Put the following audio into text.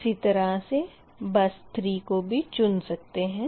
इसी तरह से बस 3 को भी चुन सकते है